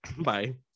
bye